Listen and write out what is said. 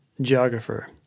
geographer